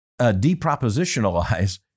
depropositionalize